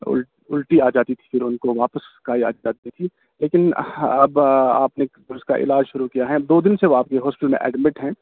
ال الٹی آ جاتی تھی پھر ان کو واپس ابکائی آ جاتی تھی لیکن ہا اب آپ نے اس کا علاج شروع کیا ہے دو دن سے وہ آپ کے ہاسپیٹل میں ایڈمٹ ہیں